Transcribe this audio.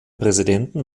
präsidenten